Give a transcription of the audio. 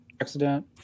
accident